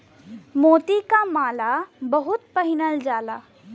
मोती क माला बहुत पहिनल जाला